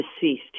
deceased